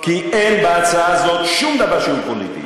כי אין בהצעה הזאת שום דבר שהוא פוליטי.